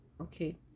okay